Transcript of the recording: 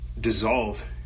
dissolve